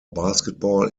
basketball